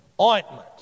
ointment